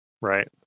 Right